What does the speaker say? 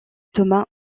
thomas